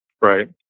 right